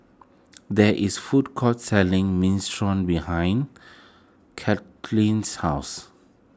there is food court selling Minestrone behind Cathleen's house